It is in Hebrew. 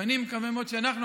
ואני מקווה מאוד שאנחנו,